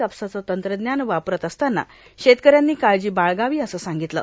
कापसाचं तंत्रज्ञान वापरत असताना शेतकऱ्यांनी काळजी बाळगावी असं सांगितलं